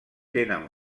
tenen